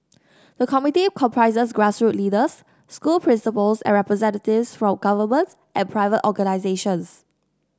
the committee comprises grassroots leaders school principals and representatives from government and private organisations